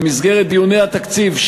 במסגרת דיוני התקציב,